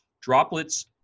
Droplets